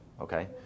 Okay